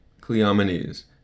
Cleomenes